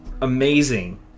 amazing